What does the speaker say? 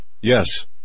Yes